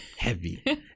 Heavy